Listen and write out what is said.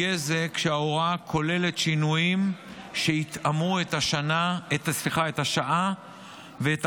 יהיה זה כשההוראה כוללת שינויים שיתאמו את השעה ואת